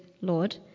Lord